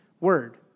word